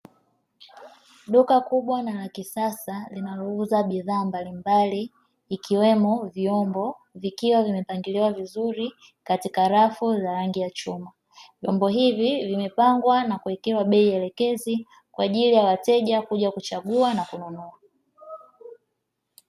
Duka kubwa na la kisasa linalouza bidhaa mbalimbali ikiwemo vyombo vilivyopangiliwa vizuri katika rafu za rangi ya chuma, vyombo hivi vimepangwa na kuwekewa bei elekezi kwa ajili ya wateja kuja kuchagua na kununua.